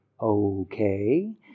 okay